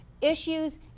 issues